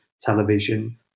television